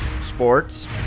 Sports